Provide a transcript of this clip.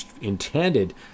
intended